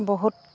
বহুত